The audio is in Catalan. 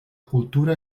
cultura